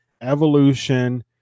evolution